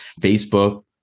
Facebook